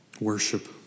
Worship